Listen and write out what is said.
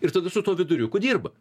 ir tada su tuo viduriuku dirba